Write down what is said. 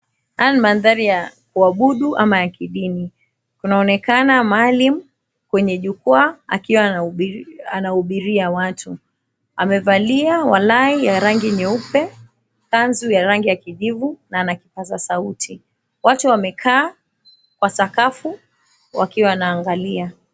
Haya ni madhari ya kuabudu ama ya kidini. Kunaonekana maalim kwenye jukwa akiwa anahubiria watu. Amevalia walai ya rangi nyeupe, kanzu ya rangi ya kijivu, na ana kipaza sauti. Watu wamekaa kwa sakafu wakiwa wanaangalia.